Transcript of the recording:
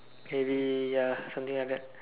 maybe ya something like that